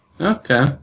Okay